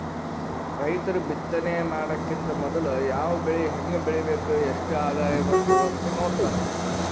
ರೈತರ್ ಬಿತ್ತನೆ ಮಾಡಕ್ಕಿಂತ್ ಮೊದ್ಲ ಯಾವ್ ಬೆಳಿ ಹೆಂಗ್ ಬೆಳಿಬೇಕ್ ಎಷ್ಟ್ ಆದಾಯ್ ಬರ್ತದ್ ಅಂತ್ ನೋಡ್ತಾರ್